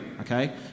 okay